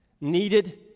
Needed